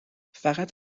فقط